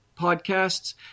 podcasts